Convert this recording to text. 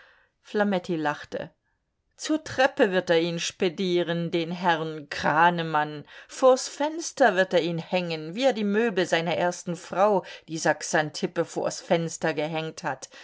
flametti lachte zur treppe wird er ihn spedieren den herrn kranemann vors fenster wird er ihn hängen wie er die möbel seiner ersten frau dieser xanthippe vors fenster gehängt hat